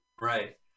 Right